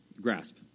grasp